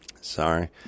Sorry